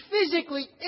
physically